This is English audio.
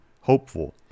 hopeful